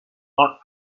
north